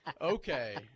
Okay